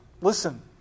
Listen